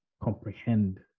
comprehend